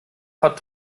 sacher